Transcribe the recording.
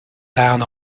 down